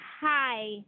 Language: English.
hi